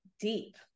deep